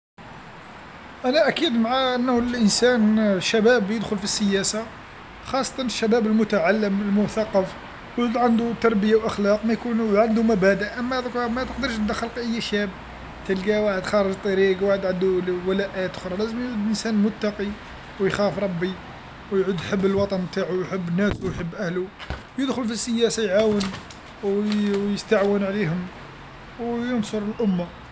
أنا أكيد مع أنه الإنسان الشباب يدخل في السياسه خاصة الشباب المتعلم المثقف تعود عندو التربيه والأخلاق ما يكونو عندو مبادئ أما تقدرش تدخل أي شاب تلقاه واحد خارج الطريق واحد عندو لازم يعود إنسان متقي ويخاف ربي ويعود يحب الوطن نتاعو ويحب ناسو ويحب أهلو يدخل في السياسه يعاون ويستعون عليهم وينصر الأمة.